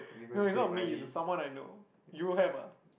no it's not me it's someone I know you have ah